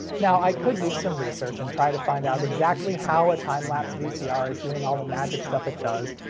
now i could do some research and try to find out exactly how a time lapse vcr is doing all the magic stuff it does,